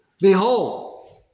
Behold